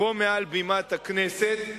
פה מעל בימת הכנסת.